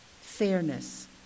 fairness